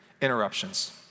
interruptions